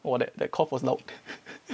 !wah! that that cough was loud